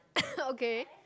okay